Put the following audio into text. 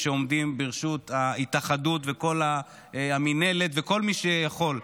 שעומדים לרשות ההתאחדות וכל המינהלת וכל מי שיכול,